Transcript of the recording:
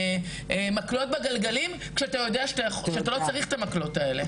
מקלות בגלגלים כשאתה יודע שאתה לא צריך את המקלות האלה.